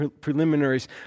preliminaries